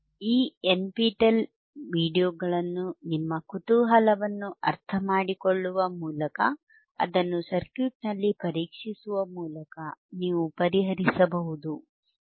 ಈ ಎನ್ಪಿಟಿಇಎಲ್ ವೀಡಿಯೊಗಳನ್ನು ನಿಮ್ಮ ಕುತೂಹಲವನ್ನು ಅರ್ಥಮಾಡಿಕೊಳ್ಳುವ ಮೂಲಕ ಅದನ್ನು ಸರ್ಕ್ಯೂಟ್ನಲ್ಲಿ ಪರೀಕ್ಷಿಸುವ ಮೂಲಕ ನೀವು ಪರಿಹರಿಸಬಹುದು